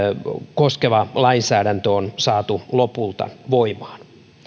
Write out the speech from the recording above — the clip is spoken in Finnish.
koskeva lainsäädäntö on saatu lopulta voimaan